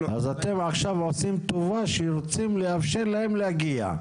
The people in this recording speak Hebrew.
אתם עכשיו עושים טובה שרוצים לאפשר להם להגיע.